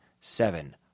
seven